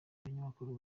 abanyamakuru